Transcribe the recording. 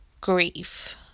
grief